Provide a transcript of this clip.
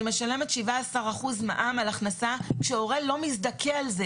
אני משלמת 17 אחוזים מע"מ על הכנסה שהורה לא מזדכה על כך.